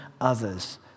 others